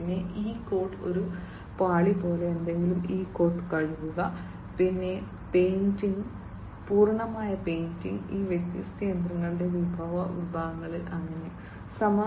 പിന്നെ E coat ഒരു പാളി പോലെ എന്തെങ്കിലും ഇ കോട്ട് കഴുകുക പിന്നെ പെയിന്റിംഗ് പൂർണ്ണമായ പെയിന്റിംഗ് ഈ വ്യത്യസ്ത യന്ത്രങ്ങളുടെ വിവിധ ഭാഗങ്ങൾ അങ്ങനെ അങ്ങനെ